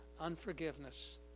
unforgiveness